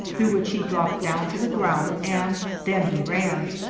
through which he dropped down to the ground, and then he ran.